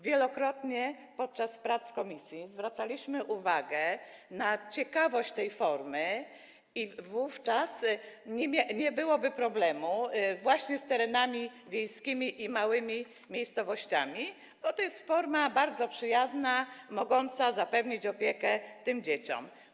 Wielokrotnie podczas prac komisji zwracaliśmy uwagę na to, że ta forma jest ciekawa i że wówczas nie byłoby problemu właśnie z terenami wiejskimi i małymi miejscowościami, bo to jest forma bardzo przyjazna, mogąca zapewnić opiekę tym dzieciom.